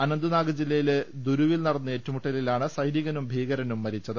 അനന്ത്നാഗ് ജില്ലയിലെ ദുരുവിൽ നടന്ന ഏറ്റുമുട്ടലിലാണ് സൈനികനും ഭീകരനും മരിച്ചത്